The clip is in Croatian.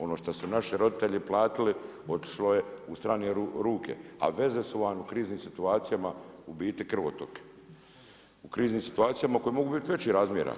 Ono što su naši roditelji platili otišlo je u strane ruke, a veze su vam u kriznim situacijama u biti krvotok, u kriznim situacijama koji mogu biti većih razmjera.